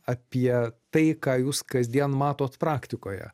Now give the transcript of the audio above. apie tai ką jūs kasdien matot praktikoje